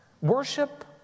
Worship